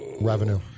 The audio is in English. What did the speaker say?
revenue